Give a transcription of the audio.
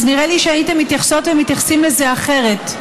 נראה לי שהייתם מתייחסות ומתייחסים לזה אחרת.